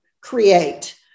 create